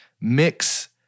mix